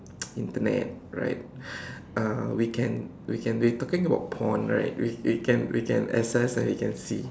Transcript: Internet right uh we can we can be talking about porn right we we can we can access and we can see